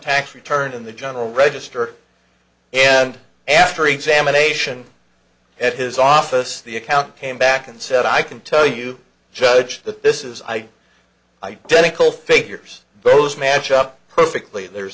tax returns in the general register and after examination at his office the accountant came back and said i can tell you judge that this is i identical figures but those match up perfectly there's